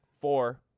Four